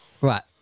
right